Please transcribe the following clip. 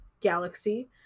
galaxy